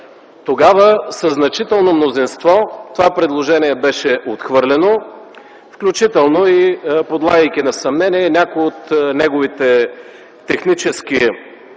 Тогава със значително мнозинство това предложение беше отхвърлено, включително и подлагайки на съмнение някои от неговите технически елементи,